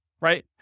right